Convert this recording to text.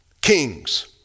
kings